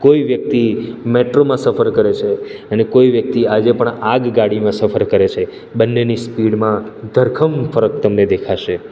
કોઈ વ્યક્તિ મેટ્રોમાં સફર કરે છે અને કોઈ વ્યક્તિ આજે પણ આગગાડીમાં સફર કરે છે બંનેની સ્પીડમાં ધરખમ ફરક તમને દેખાશે